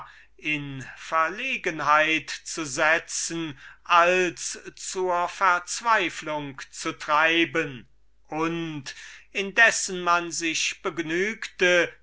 in verlegenheit zu setzen als zur verzweiflung zu treiben und gewann indessen daß man sich begnügte